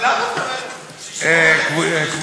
גם להגלות את אותם אנשים,